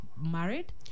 married